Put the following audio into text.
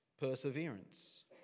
perseverance